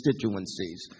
constituencies